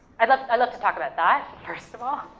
i'd love love to talk about that first of all,